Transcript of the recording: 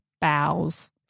bows